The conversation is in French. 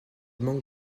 manque